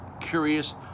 curious